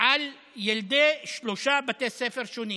על ילדי שלושה בתי ספר שונים.